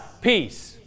Peace